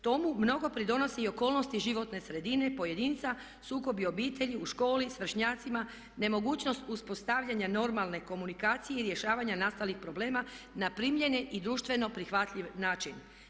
Tomu mnogo pridonose i okolnosti životne sredine, pojedinca, sukobi obitelji, u školi, s vršnjacima, nemogućnost uspostavljanja normalne komunikacije i rješavanja nastalih problema na primjeren i društveno prihvatljiv način.